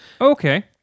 Okay